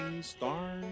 star